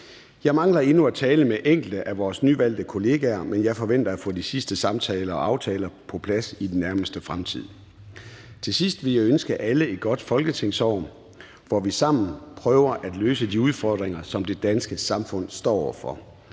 Jeg mangler endnu at tale med enkelte af vores nyvalgte medlemmer, men jeg forventer at få de sidste samtaler og aftaler på plads i den nærmeste fremtid. Til sidst vil jeg ønske alle et godt folketingsår, hvor vi sammen prøver at løse de udfordringer, som det danske samfund står over